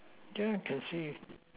there can see